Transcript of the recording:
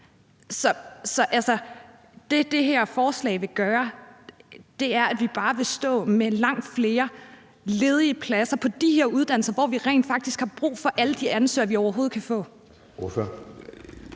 som det her forslag vil gøre, er, at vi bare vil stå med langt flere ledige pladser på de her uddannelser, hvor vi rent faktisk har brug for alle de ansøgere, vi overhovedet kan få.